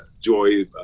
Joy